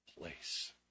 place